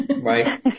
Right